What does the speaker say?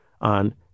on